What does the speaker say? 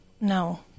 no